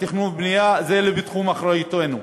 התכנון והבנייה זה לא בתחום אחריותנו,